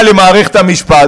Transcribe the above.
אבל אתה לא אמרת את זה ככה.